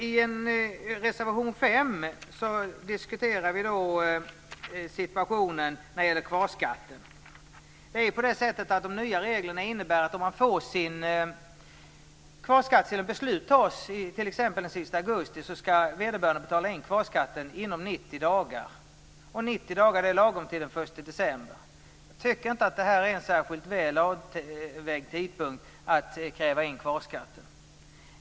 I reservation 5 diskuterar vi situationen när det gäller kvarskatten. De nya reglerna innebär ju att om man får sin kvarskattesedel och beslut fattas t.ex. den sista augusti så skall vederbörande betala in kvarskatten inom 90 dagar. Det är lagom till den 1 december. Jag tycker inte att det är en särskilt väl avvägd tidpunkt för att kräva in kvarskatten.